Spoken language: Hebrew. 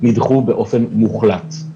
נדחו באופן מוחלט.